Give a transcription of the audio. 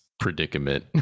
predicament